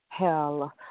Hell